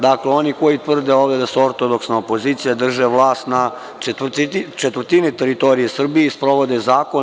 Dakle, oni koji tvrde ovde da su ortodoksna opozicija, drže vlast na četvrtini teritorije Srbije i sprovode zakone.